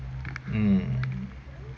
mm